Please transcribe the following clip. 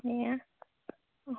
ଆଜ୍ଞା